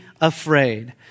afraid